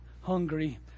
hungry